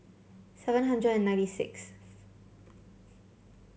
seven hundred and ninety sixth